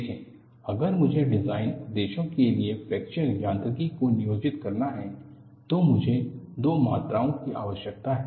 देखें अगर मुझे डिजाइन उद्देश्यों के लिए फ्रैक्चर यांत्रिकी को नियोजित करना है तो मुझे दो मात्राओं की आवश्यकता है